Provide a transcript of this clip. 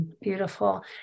Beautiful